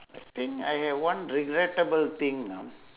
I think I have one regrettable thing now